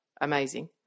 Amazing